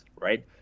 right